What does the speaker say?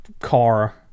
car